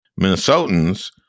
Minnesotans